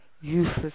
useless